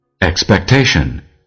Expectation